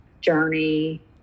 Journey